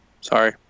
Sorry